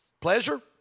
Pleasure